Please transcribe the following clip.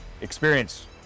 Experience